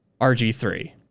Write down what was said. RG3